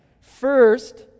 first